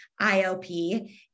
IOP